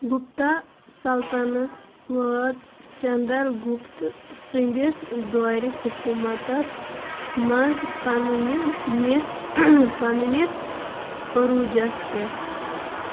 گُپتا سلطنت وٲژ چنٛدر گُپتہٕ سٕنٛدِس دورِ حکوٗمتَس منٛز پنٕنہِ نِس پنٕ نِس عروٗجَس پٮ۪ٹھ